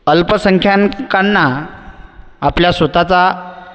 अल्पसंख्यांकांना आपल्या स्वतःचा